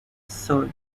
soil